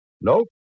Nope